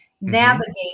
navigate